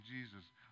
Jesus